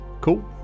Cool